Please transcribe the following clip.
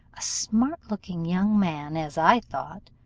a smart-looking young man, as i thought,